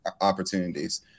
opportunities